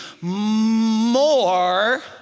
more